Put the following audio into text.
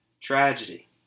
tragedy